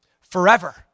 forever